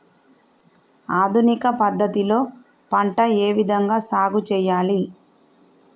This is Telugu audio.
ఆధునిక పద్ధతి లో పంట ఏ విధంగా సాగు చేయాలి?